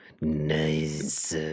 Nice